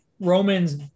Roman's